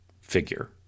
figure